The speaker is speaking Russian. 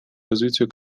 развитию